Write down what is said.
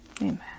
Amen